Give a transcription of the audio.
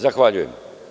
Zahvaljujem.